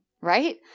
right